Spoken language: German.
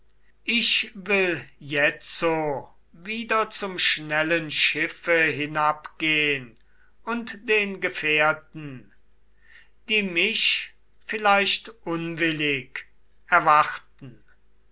ich will jetzo wieder zum schnellen schiffe hinabgehn und den gefährten die mich vielleicht unwillig erwarten